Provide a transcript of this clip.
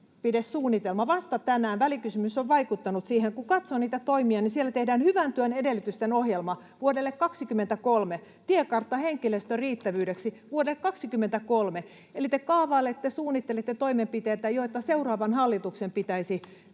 toimenpidesuunnitelma, vasta tänään. Välikysymys on vaikuttanut siihen. Kun katsoo niitä toimia, niin siellä tehdään hyvän työn edellytysten ohjelma vuodelle 23, tiekartta henkilöstön riittävyydeksi vuodelle 23. Eli te kaavailette, suunnittelette, toimenpiteitä, joita seuraavan hallituksen pitäisi